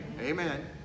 Amen